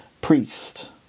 priest